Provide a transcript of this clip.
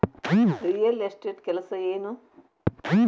real estate ಕೆಲಸ ಏನು